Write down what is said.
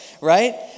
right